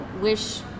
wish